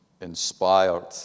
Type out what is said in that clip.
inspired